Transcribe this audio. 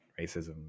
racism